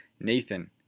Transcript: Nathan